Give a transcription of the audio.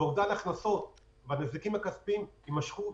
ואובדן ההכנסות והנזקים הכספיים יימשכו.